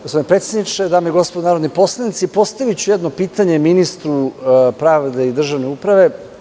Gospodine predsedniče, dame i gospodo narodni poslanici, postaviću jedno pitanje ministru pravde i državne uprave.